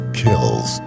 kills